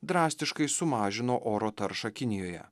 drastiškai sumažino oro taršą kinijoje